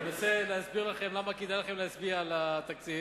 אנסה להסביר לכם למה כדאי לכם להצביע על התקציב